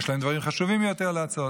יש להם דברים חשובים יותר לעשות.